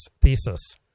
thesis